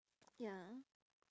ya